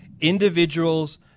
Individuals